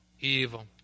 evil